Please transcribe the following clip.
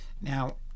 Now